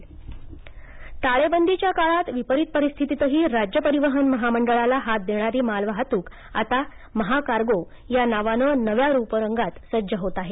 महाकार्गो टाळेबंदीच्या काळात विपरित परिस्थितीतही राज्य परिवहन महामंडळाला हात देणारी मालवाहतूक आता महाकार्गो या नावानं नव्या रंगरुपात सज्ज होत आहे